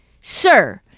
Sir